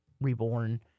reborn